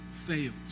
Fails